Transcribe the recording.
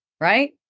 right